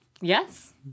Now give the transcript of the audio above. Yes